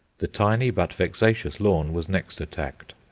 the tiny but vexatious lawn was next attacked.